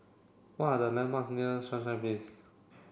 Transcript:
what are the landmarks near Sunshine Place